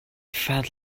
felt